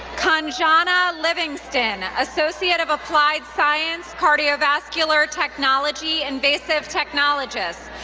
kanjana livingston, associate of applied science, cardiovascular technology, invasive technologist,